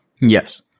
yes